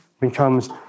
becomes